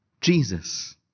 Jesus